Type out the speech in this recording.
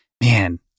man